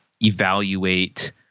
evaluate